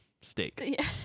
steak